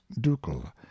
ducal